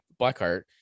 Blackheart